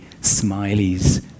Smiley's